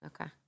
Okay